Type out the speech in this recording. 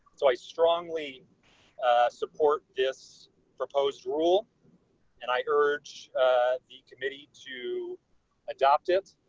so i strongly support this proposed rule and i urge the committee to adopt it.